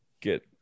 get